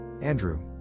Andrew